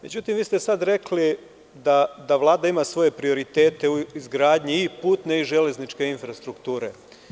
Međutim, vi ste sada rekli da Vlada ima svoje prioritete u izgradnji i putne i železničke infrastrukture.